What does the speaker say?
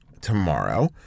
tomorrow